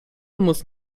muss